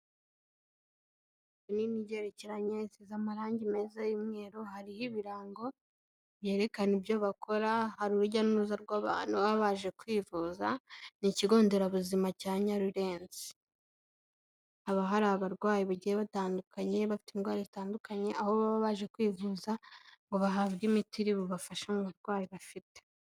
Inzu nini igerekeranye isize amarangi meza y'umweru, hariho ibirango byerekana ibyo bakora hari urujya n'uruza rw'abantu baba baje kwivuza ni ikigo nderabuzima cya Nyarurenzi, haba hari abarwayi bagiye batandukanye bafite indwara zitandukanye aho baba baje kwivuza ngo bahabwe imiti iri bubafashe mu barwayi bafite.